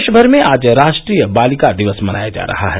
देश भर में आज राष्ट्रीय बालिका दिवस मनाया जा रहा है